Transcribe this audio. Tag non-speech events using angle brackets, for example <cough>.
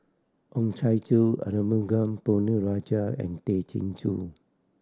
Oh Chai <unintelligible> Arumugam Ponnu Rajah and Tay Chin Joo